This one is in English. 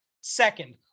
second